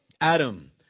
Adam